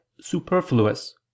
superfluous